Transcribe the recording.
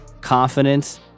confidence